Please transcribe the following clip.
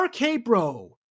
RK-Bro